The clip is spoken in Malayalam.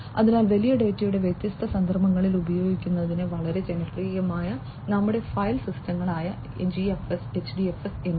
അതിനാൽ വലിയ ഡാറ്റയുടെ വ്യത്യസ്ത സന്ദർഭങ്ങളിൽ ഉപയോഗിക്കുന്നതിന് വളരെ ജനപ്രിയമായ ഞങ്ങളുടെ ഫയൽ സിസ്റ്റങ്ങളായ GFS HDFS എന്നിവ